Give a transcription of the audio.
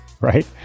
right